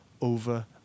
over